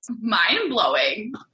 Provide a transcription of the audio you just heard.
mind-blowing